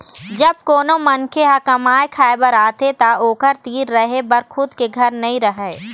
जब कोनो मनखे ह कमाए खाए बर आथे त ओखर तीर रहें बर खुद के घर नइ रहय